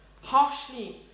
harshly